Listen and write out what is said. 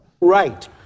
Right